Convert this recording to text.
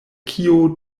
kio